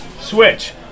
Switch